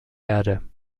erde